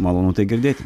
malonu tai girdėti